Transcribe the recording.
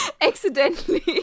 accidentally